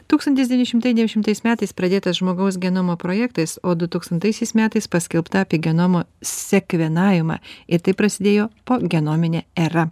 tūkstantis devyni šimtai devyniasdešimtais metais pradėtas žmogaus genomo projektas o dutūkstantaisiais metais paskelbta apie genomo sekvinavimą ir taip prasidėjo pogenominė era